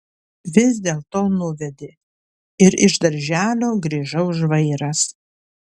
vis dėlto nuvedė ir iš darželio grįžau žvairas